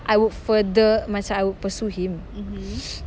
I would further macam I would pursue him